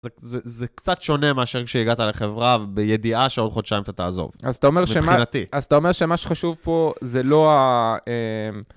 זה קצת שונה מאשר כשהגעת לחברה בידיעה שעור חודשיים אתה תעזוב. אז אתה אומר שמה שחשוב פה זה לא ה...